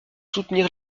soutenir